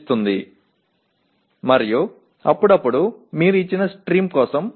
எப்போதாவது நீங்கள் கொடுக்கப்பட்ட பிரிவுக்கு 2 PSOக்களை எழுதலாம்